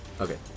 Okay